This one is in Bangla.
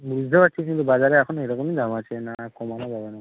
বুঝতে পারছি কিন্তু বাজারে এখন এরকমই দাম আছে না কমানো যাবে না